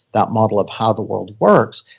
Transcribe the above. that model of how the world works,